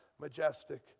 majestic